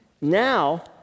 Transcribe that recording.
Now